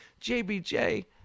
JBJ